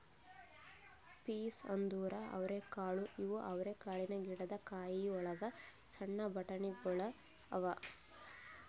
piece ಅಂದುರ್ ಅವರೆಕಾಳು ಇವು ಅವರೆಕಾಳಿನ ಗಿಡದ್ ಕಾಯಿ ಒಳಗ್ ಸಣ್ಣ ಬಟಾಣಿಗೊಳ್ ಅವಾ